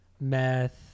meth